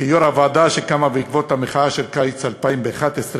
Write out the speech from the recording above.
וכיושב-ראש הוועדה שקמה בעקבות המחאה של קיץ 2011,